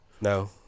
No